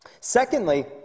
Secondly